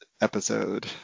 episode